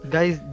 Guys